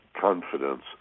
Confidence